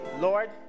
Lord